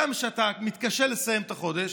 אדם שמתקשה לסיים את החודש,